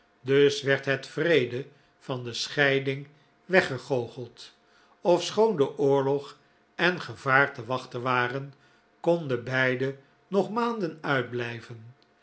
dus werd het wreede van de scheiding weggegoocheld ofschoon oorlog en gevaar te wachten waren konden beide nog maanden uitblijven